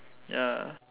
ya